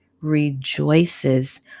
rejoices